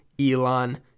elon